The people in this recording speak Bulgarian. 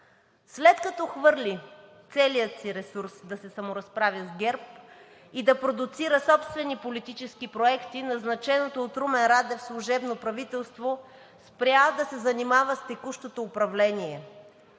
След като хвърли целия си ресурс да се саморазправя с ГЕРБ и да продуцира собствени политически проекти, назначеното от Румен Радев служебно правителство спря да се занимава с текущото управление,